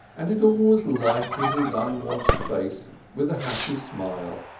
and it always lightened his unwashed face with a happy smile.